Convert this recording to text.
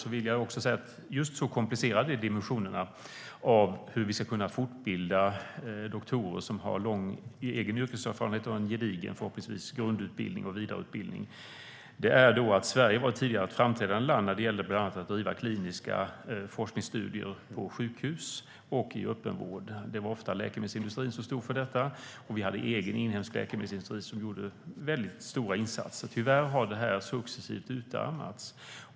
Jag vill också säga att just så komplicerade är dimensionerna i fråga om hur vi ska kunna fortbilda doktorer som har lång egen yrkeserfarenhet och, förhoppningsvis, en gedigen grundutbildning och vidareutbildning. Sverige var tidigare ett framträdande land när det gällde bland annat att bedriva kliniska forskningsstudier på sjukhus och i öppenvård. Det var ofta läkemedelsindustrin som stod för detta. Vi hade egen inhemsk läkemedelsindustri som gjorde väldigt stora insatser. Tyvärr har det här successivt utarmats.